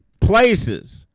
places